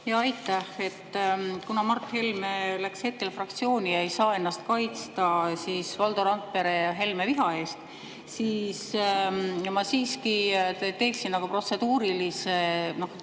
Jaa, aitäh! Kuna Mart Helme läks hetkel fraktsiooni ja ei saa ennast kaitsta Valdo Randpere Helme-viha eest, siis ma siiski teeksin protseduurilise,